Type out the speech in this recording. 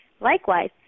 Likewise